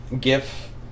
GIF